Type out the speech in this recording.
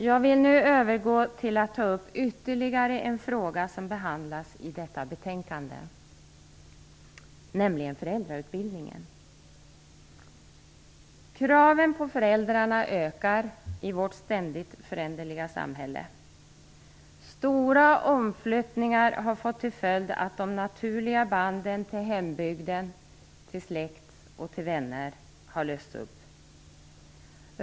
Jag vill nu övergå till att ta upp ytterligare en fråga som behandlas i detta betänkande, nämligen frågan om föräldrautbildningen. Kraven på föräldrarna ökar i vårt ständigt föränderliga samhälle. Stora omflyttningar har fått till följd att de naturliga banden till hembygden, till släkt och till vänner har lösts upp.